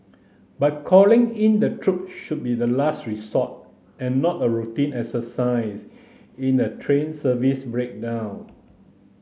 but calling in the troop should be the last resort and not a routine exercise in a train service breakdown